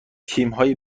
تیمهای